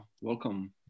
welcome